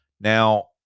Now